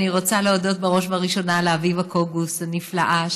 אני רוצה להודות בראש ובראשונה לאביבה קוגוס הנפלאה,